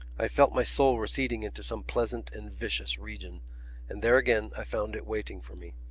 i felt my soul receding into some pleasant and vicious region and there again i found it waiting for me.